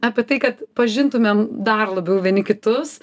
apie tai kad pažintumėm dar labiau vieni kitus